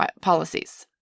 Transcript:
policies